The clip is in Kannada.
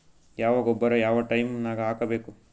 ಯಾವ ಗೊಬ್ಬರ ಯಾವ ಟೈಮ್ ನಾಗ ಹಾಕಬೇಕು?